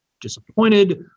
disappointed